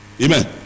Amen